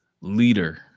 leader